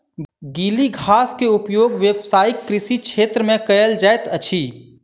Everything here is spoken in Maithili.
गीली घास के उपयोग व्यावसायिक कृषि क्षेत्र में कयल जाइत अछि